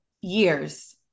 years